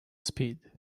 speed